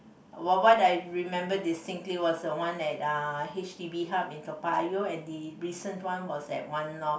what what I remember distinctively was the one at uh h_d_b hub in Toa-Payoh and the recent one was at One North